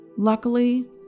Luckily